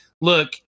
look